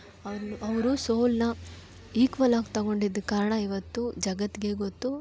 ಅವನು ಅವರು ಸೋಲನ್ನ ಈಕ್ವಲಾಗಿ ತೊಗೊಂಡಿದ್ದ ಕಾರಣ ಇವತ್ತು ಜಗತ್ತಿಗೆ ಗೊತ್ತು